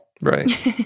Right